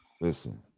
Listen